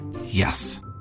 Yes